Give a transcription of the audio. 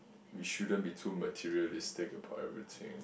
we shouldn't be too materialistic about everything